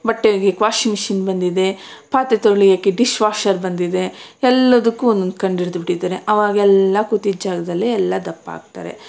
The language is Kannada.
ಬಟ್ಟೆ ಒಗೆಯೋಕೆ ವಾಷಿಂಗ್ ಮಿಷಿನ್ ಬಂದಿದೆ ಪಾತ್ರೆ ತೊಳೆಯೋಕೆ ಡಿಶ್ ವಾಷರ್ ಬಂದಿದೆ ಎಲ್ಲದಕ್ಕೂ ಒಂದೊಂದು ಕಂಡು ಹಿಡಿದ್ಬಿಟ್ಟಿದ್ದಾರೆ ಆವಾಗೆಲ್ಲ ಕೂತಿದ್ದ ಜಾಗದಲ್ಲೇ ಎಲ್ಲ ದಪ್ಪ ಆಗ್ತಾರೆ